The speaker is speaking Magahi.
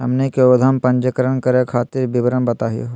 हमनी के उद्यम पंजीकरण करे खातीर विवरण बताही हो?